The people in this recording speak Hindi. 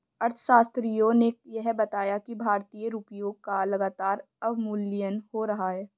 अर्थशास्त्रियों ने यह बताया कि भारतीय रुपयों का लगातार अवमूल्यन हो रहा है